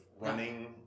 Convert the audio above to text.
running